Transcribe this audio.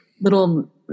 little